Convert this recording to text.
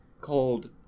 called